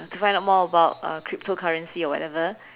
to find out more about uh cryptocurrency or whatever